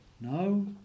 No